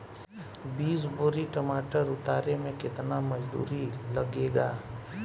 बीस बोरी टमाटर उतारे मे केतना मजदुरी लगेगा?